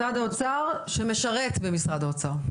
משרד האוצר שמשרת במשרד האוצר.